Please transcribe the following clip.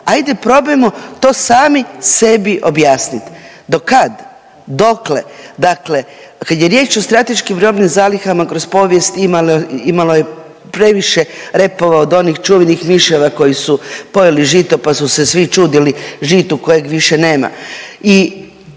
ajde probajmo to sami sebi objasnit, dokad, dokle? Dakle kad je riječ o strateškim robnim zalihama kroz povijest imalo je previše repova od onih čuvenih miševa koji su pojeli žito, pa su se svi čudili žitu kojeg više nema.